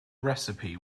recipe